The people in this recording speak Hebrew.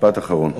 משפט אחרון.